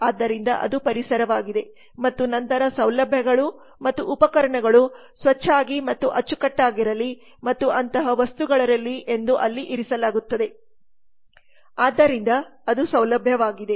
ಆದ್ದರಿಂದ ಅದು ಪರಿಸರವಾಗಿದೆ ಮತ್ತು ನಂತರ ಸೌಲಭ್ಯಗಳು ಮತ್ತು ಉಪಕರಣಗಳು ಸ್ವಚ್ವಾಗಿ ಮತ್ತು ಅಚ್ಚುಕಟ್ಟಾಗಿರಲಿ ಮತ್ತು ಅಂತಹ ವಸ್ತುಗಳಿರಲಿ ಎಂದು ಅಲ್ಲಿ ಇರಿಸಲಾಗುತ್ತದೆ ಆದ್ದರಿಂದ ಅದು ಸೌಲಭ್ಯವಾಗಿದೆ